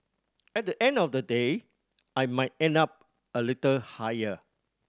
at the end of the day I might end up a little higher